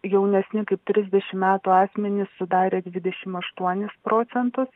jaunesni kaip trisdešimt metų asmenys sudarė dvidešimt aštuonis procentus